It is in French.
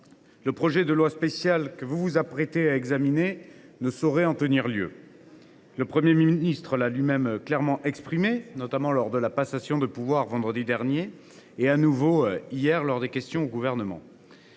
Le projet de loi spéciale que vous vous apprêtez à examiner ne saurait en tenir lieu. Le Premier ministre l’a lui même clairement souligné, lors de la passation de pouvoir vendredi dernier et, de nouveau, hier lors de la séance de questions